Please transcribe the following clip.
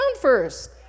first